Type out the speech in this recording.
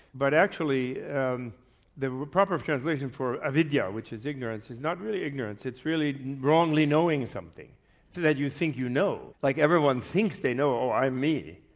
but actually um the proper translation for avijja, which is ignorance, is not really ignorance, it's really wrongly knowing something. so that you think you know, like everyone thinks they know, i'm me,